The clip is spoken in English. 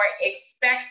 expect